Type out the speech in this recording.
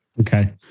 Okay